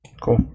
Cool